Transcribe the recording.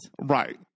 right